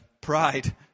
pride